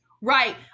Right